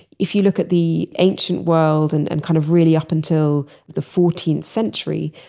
if you look at the ancient world and and kind of really up until the fourteenth century,